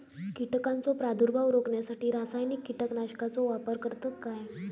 कीटकांचो प्रादुर्भाव रोखण्यासाठी रासायनिक कीटकनाशकाचो वापर करतत काय?